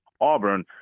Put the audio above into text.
Auburn